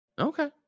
Okay